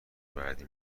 بعدی